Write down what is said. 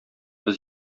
без